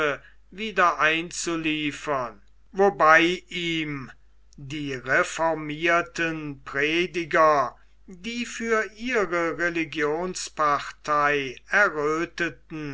wieder einzuliefern wobei ihm die reformierten prediger die für ihre religionspartei errötheten